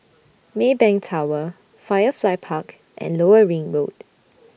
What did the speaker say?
Maybank Tower Firefly Park and Lower Ring Road